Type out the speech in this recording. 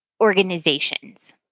organizations